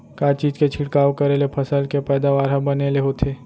का चीज के छिड़काव करें ले फसल के पैदावार ह बने ले होथे?